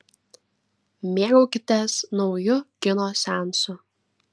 mėgaukitės nauju kino seansu